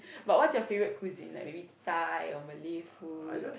but what's your favourite cuisine like maybe Thai or Malay food